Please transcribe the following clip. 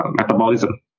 metabolism